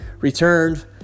returned